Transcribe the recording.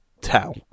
tell